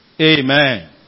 Amen